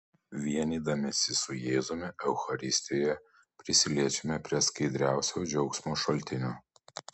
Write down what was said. vienydamiesi su jėzumi eucharistijoje prisiliečiame prie skaidriausio džiaugsmo šaltinio